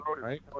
right